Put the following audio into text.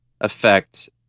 affect